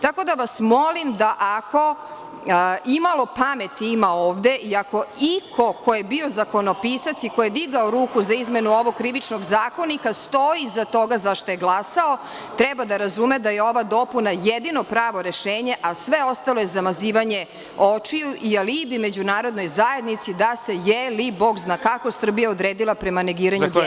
Tako da vas molim da ako imalo pameti ima ovde i ako iko ko je bio zakonopisac i ko je digao ruku za izmenu ovog Krivičnog zakonika stoji iza toga zašto je glasao, treba da razume da je ova dopuna jedino pravo rešenje, a sve ostalo je zamazivanje očiju i alibi međunarodnoj zajednici da se, je li, Bog zna kako, Srbija odredila prema negiranju genocida.